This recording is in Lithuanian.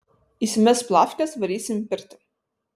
įsimesk plafkes varysim į pirtį